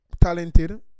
talented